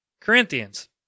Corinthians